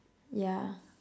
yeah